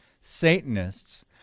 Satanists